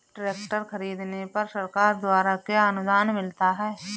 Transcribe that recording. Tractor खरीदने पर सरकार द्वारा क्या अनुदान मिलता है?